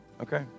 okay